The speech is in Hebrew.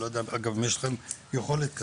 אני לא יודע אם יש לכם יכולת כזו.